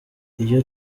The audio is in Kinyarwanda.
iyo